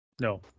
no